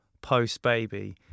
post-baby